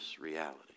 reality